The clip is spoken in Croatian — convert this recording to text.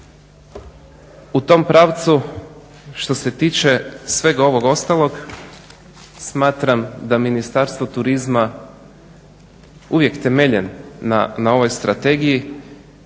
U tom pravcu što se tiče svega ostalog smatram da Ministarstvo turizma uvijek temeljen na ovoj strategiji